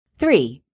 Three